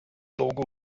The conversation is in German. logo